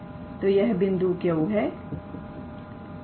तो यह बिंदु Q है